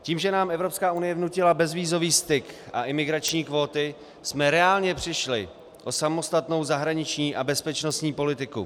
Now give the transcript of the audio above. Tím, že nám Evropská unie vnutila bezvízový styk a imigrační kvóty, jsme reálně přišli o samostatnou zahraniční a bezpečnostní politiku.